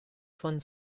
von